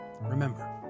remember